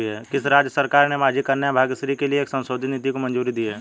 किस राज्य सरकार ने माझी कन्या भाग्यश्री के लिए एक संशोधित नीति को मंजूरी दी है?